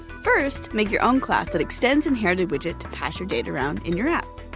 first, make your own class that extends inheritedwidget to pass your data around in your app.